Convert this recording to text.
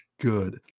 good